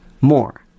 more